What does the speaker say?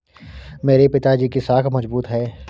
मेरे पिताजी की साख मजबूत है